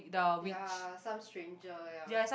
ya some stranger ya